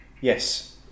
Yes